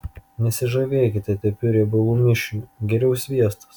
nesižavėkite tepiu riebalų mišiniu geriau sviestas